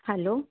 hello